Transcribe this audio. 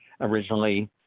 originally